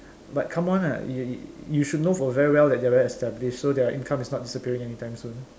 but come on lah you should know for very well that they are very well established so their income is not disappearing anytime soon